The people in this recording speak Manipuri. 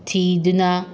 ꯊꯤꯗꯨꯅ